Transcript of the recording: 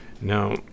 now